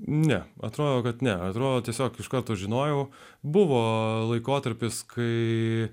ne atrodo kad neatrodo tiesiog iš karto žinojau buvo laikotarpis kai